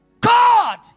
God